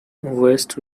west